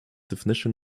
definition